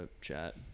chat